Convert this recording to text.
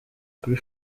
kuri